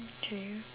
okay